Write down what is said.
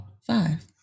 Five